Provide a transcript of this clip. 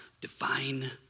divine